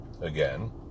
again